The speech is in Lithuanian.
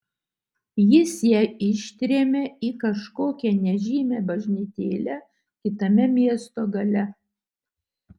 jis ją ištrėmė į kažkokią nežymią bažnytėlę kitame miesto gale